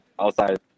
outside